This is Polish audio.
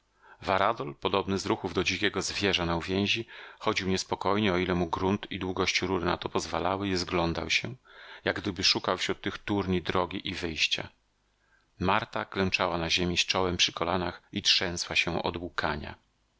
varadol podobny z ruchów do dzikiego zwierza na uwięzi chodził niespokojnie o ile mu grunt i długość rury na to pozwalały i rozglądał się jak gdyby szukał wśród tych turni drogi i wyjścia marta klęczała na ziemi z czołem przy kolanach i trzęsła się od łkania